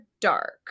dark